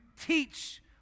teach